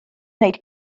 wneud